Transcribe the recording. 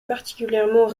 partiellement